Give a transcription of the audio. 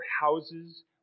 houses